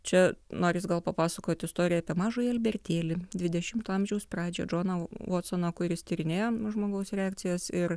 čia noris gal papasakot istoriją apie mažąjį albertėli dvidešimto amžiaus pradžią džoną vatsoną kuris tyrinėjo žmogaus reakcijas ir